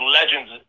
legends